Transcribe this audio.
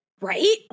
Right